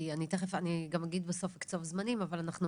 אני גם אגיד בסוף את הזמנים, אבל אנחנו